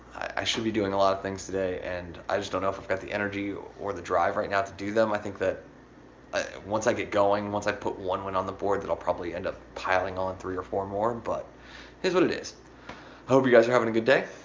i should be doing a lot of things today and i just don't know if i've got the energy or the drive right now to do them. i think that once i get going, once i put one win on the board, that i'll probably end up piling on three or four more, and but is what it is. i hope you guys are having a good day.